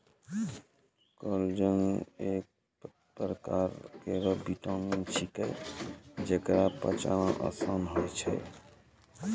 collagen एक परकार केरो विटामिन छिकै, जेकरा पचाना आसान होय छै